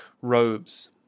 Robes